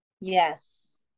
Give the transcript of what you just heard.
Yes